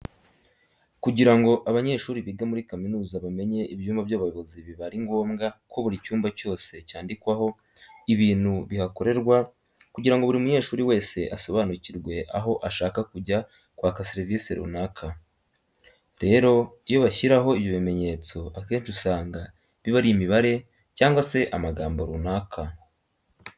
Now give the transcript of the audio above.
Kugira ngo abanyeshuri biga muri kaminuza bamenye ibyumba by'abayobozi biba ari ngombwa ko buri cyumba cyose cyandikwaho ibintu bihakorerwa kugira ngo buri munyeshuri wese asobanukirwe aho ashaka kujya kwaka serivise runaka. Rero iyo bashyiraho ibyo bimenyetso akenshi usanga biba ari imibare cyangwa se amagambo runaka.